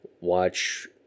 watch